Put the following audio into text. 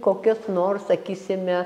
kokias nors sakysime